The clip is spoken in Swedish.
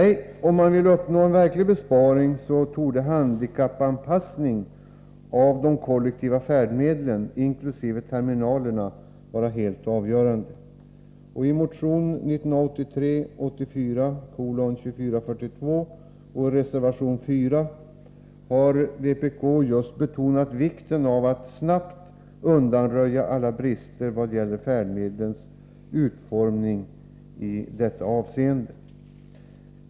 Nej, om man vill uppnå verklig besparing, torde en handikappanpassning av de kollektiva färdmedlen inkl. terminalerna vara helt avgörande. I motion 1983/84:2442 och i reservation 4 har vpk just betonat vikten av ett snabbt undanröjande av alla brister vad gäller färdmedlens utformning i detta avseende.